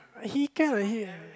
he kind of he